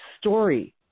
story